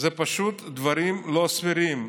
זה פשוט דברים לא סבירים.